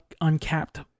uncapped